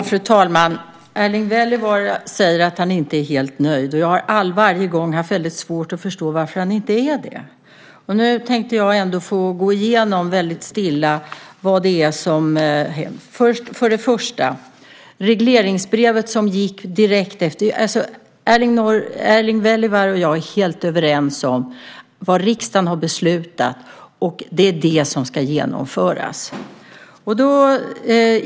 Fru talman! Erling Wälivaara säger att han inte är helt nöjd. Varje gång har jag haft svårt att förstå varför han inte är det. Nu tänkte jag väldigt stilla få göra en genomgång. Erling Wälivaara och jag är helt överens om vad riksdagen har beslutat. Det är det som ska genomföras.